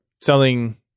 selling